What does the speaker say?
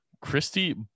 Christy